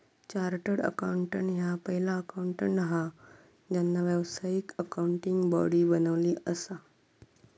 chartered accountant ह्या पहिला accountant हा ज्यांना व्यावसायिक अकाउंटिंग बॉडी बनवली असा